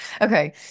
Okay